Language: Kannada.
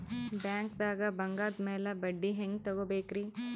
ಬ್ಯಾಂಕ್ದಾಗ ಬಂಗಾರದ್ ಮ್ಯಾಲ್ ಬಡ್ಡಿ ಹೆಂಗ್ ತಗೋಬೇಕ್ರಿ?